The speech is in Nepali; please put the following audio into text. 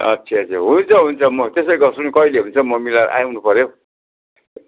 अच्छा अच्छा हुन्छ हुन्छ म त्यसै गर्छु नि कहिले हुन्छ म मिलाएर आउनु पऱ्यो हौ